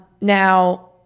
Now